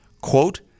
Quote